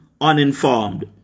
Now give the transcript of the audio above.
uninformed